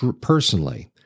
personally